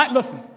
Listen